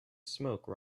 smoke